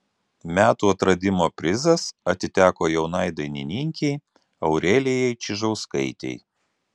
metų atradimo prizas atiteko jaunai dainininkei aurelijai čižauskaitei